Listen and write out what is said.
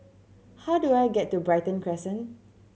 how do I get to Brighton Crescent